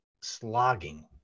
slogging